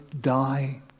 die